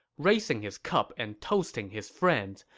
raising his cup and toasting his friends,